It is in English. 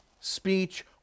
speech